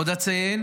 עוד אציין